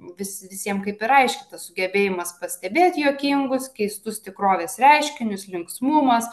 vis visiem kaip ir aišku tas sugebėjimas pastebėt juokingus keistus tikrovės reiškinius linksmumas